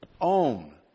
own